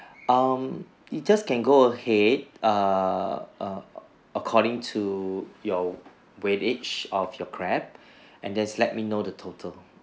um you just can go ahead err err according to your weightage of your crab and just let me know the total